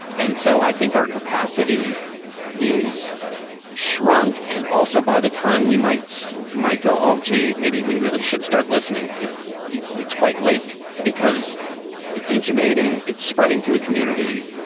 and so i think our capacity is shrunk. and also, by the time we might so might go, oh, gee, maybe we really should start listening. i think it's quite late because it's incubating. it's spreading through the community.